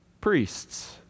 priests